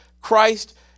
Christ